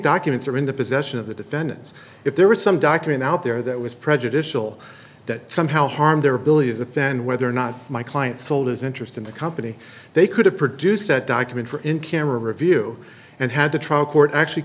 documents are in the possession of the defendants if there was some document out there that was prejudicial that somehow harmed their ability to defend whether or not my client sold his interest in the company they could have produced that document for in camera view and had to trial court actually